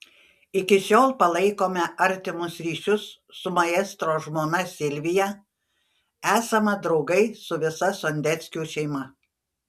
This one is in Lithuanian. iki šiol palaikome artimus ryšius su maestro žmona silvija esame draugai su visa sondeckių šeima